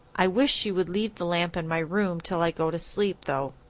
i wish she would leave the lamp in my room till i go to sleep, though.